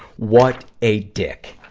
what a dick.